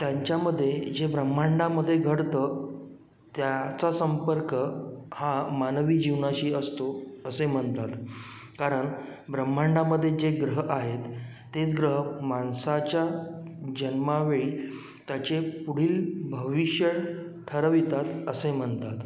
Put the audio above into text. त्यांच्यामध्ये जे ब्रह्मांडामध्ये घडतं त्याचा संपर्क हा मानवी जीवनाशी असतो असे म्हणतात कारण ब्रह्मांडामध्ये जे ग्रह आहेत तेच ग्रह माणसाच्या जन्मावेळी त्याचे पुढील भविष्य ठरवितात असे म्हणतात